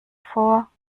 vor